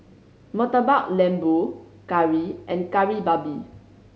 Murtabak Lembu curry and Kari Babi